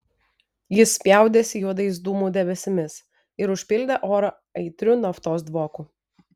jis spjaudėsi juodais dūmų debesimis ir užpildė orą aitriu naftos dvoku